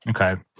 okay